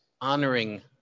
honoring